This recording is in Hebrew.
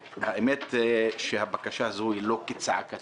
האמת היא שהבקשה הזו היא לא כצעקתה,